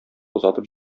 озатып